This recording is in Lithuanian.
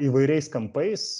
įvairiais kampais